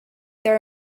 there